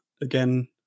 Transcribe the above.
again